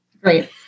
Great